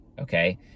Okay